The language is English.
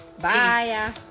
bye